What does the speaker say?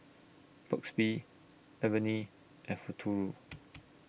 Burt's Bee Avene and Futuro